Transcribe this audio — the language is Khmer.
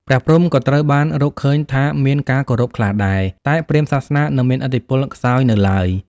ព្រះព្រហ្ម ក៏ត្រូវបានរកឃើញថាមានការគោរពខ្លះដែរ តែព្រាហ្មណ៍សាសនានៅមានឥទ្ធិពលខ្សោយនៅឡើយ។